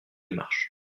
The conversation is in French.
démarche